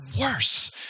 worse